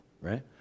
right